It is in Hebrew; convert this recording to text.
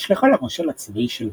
נשלחה למושל הצבאי של ורשה,